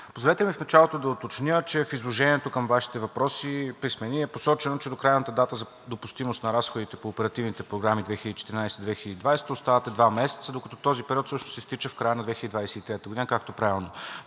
Позволете ми в началото да уточня, че в изложението към Вашите писмени въпроси е посочено, че до крайната дата за допустимост на разходите по оперативните програми 2014 – 2020 остават два месеца, докато този период всъщност изтича в края на 2023 г. Както правилно